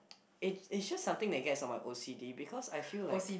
it it's just something that gets on my o_c_d because I feel like